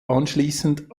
anschließend